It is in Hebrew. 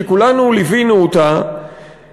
שכולנו ליווינו אותה,